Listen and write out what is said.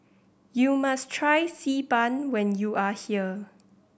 you must try Xi Ban when you are here